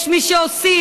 יש מי שעושים,